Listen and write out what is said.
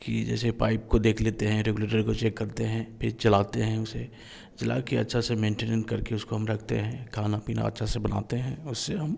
कि जैसे पाइप को देख लेते हैं रेगुलेटर को चेक करते हैं फिर चलाते हैं उसे चला कर अच्छा सा मेंटेन करके उसको हम रखते हैं खाना पीना अच्छा से बनाते हैं और उससे हम